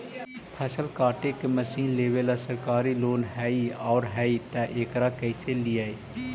फसल काटे के मशीन लेबेला सरकारी लोन हई और हई त एकरा कैसे लियै?